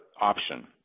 option